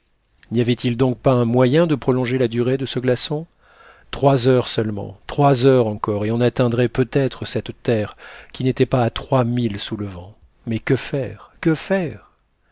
avait-il donc pas un moyen de prolonger la durée de ce glaçon trois heures seulement trois heures encore et on atteindrait peut-être cette terre qui n'était pas à trois milles sous le vent mais que faire que faire